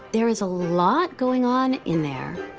there is a lot going on in there,